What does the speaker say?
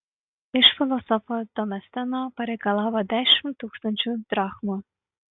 iš filosofo demosteno pareikalavo dešimt tūkstančių drachmų